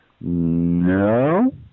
No